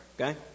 okay